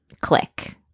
click